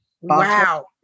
Wow